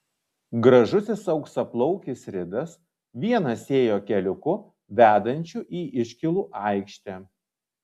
gražusis auksaplaukis ridas vienas ėjo keliuku vedančiu į iškylų aikštę